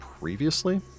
previously